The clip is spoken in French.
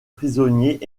prisonniers